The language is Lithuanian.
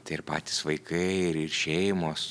tai ir patys vaikai ir šeimos